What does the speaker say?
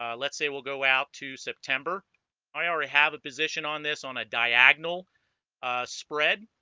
um let's say we'll go out to september i already have a position on this on a diagonal spread